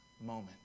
moment